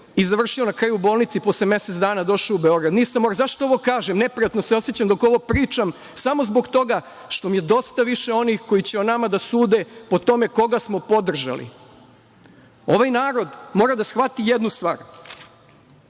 i završio na kraju u bolnici i posle mesec dana došao u Beograd.Zašto ovo kažem? Neprijatno se osećam dok ovo pričam samo zbog toga što mi je dosta više onih koji će o nama da sude po tome koga smo podržali. Ovaj narod mora da shvati jednu stvar,